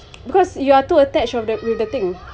because you are too attached of the with the thing